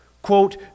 Quote